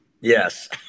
Yes